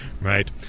right